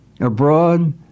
Abroad